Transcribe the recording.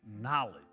knowledge